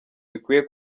bikwiye